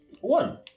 one